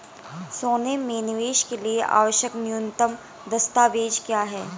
सोने में निवेश के लिए आवश्यक न्यूनतम दस्तावेज़ क्या हैं?